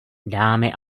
dámy